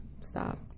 stop